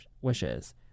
wishes